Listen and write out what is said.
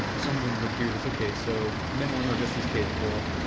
ah someone would hear this, okay, so men and women are just as capable.